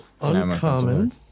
uncommon